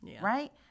right